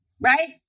right